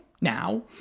now